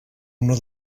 una